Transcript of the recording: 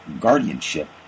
guardianship